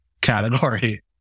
category